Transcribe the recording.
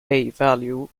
value